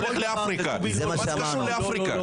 לך לאפריקה --- מה זה קשור לאפריקה?